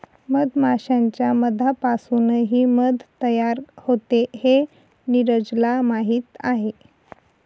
मधमाश्यांच्या मधापासूनही मध तयार होते हे नीरजला माहीत आहे